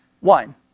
one